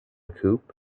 coupe